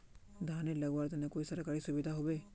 धानेर लगवार तने कोई सरकारी सुविधा होबे?